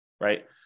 right